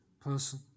person